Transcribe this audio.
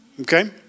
Okay